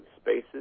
spaces